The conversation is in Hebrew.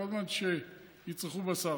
כל זמן שיצרכו בשר.